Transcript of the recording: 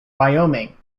wyoming